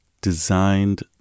designed